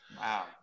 Wow